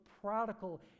prodigal